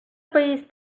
país